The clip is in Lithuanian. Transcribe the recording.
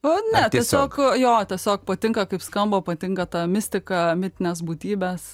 ne tiesiog jo tiesiog patinka kaip skamba patinka ta mistika mitinės būtybės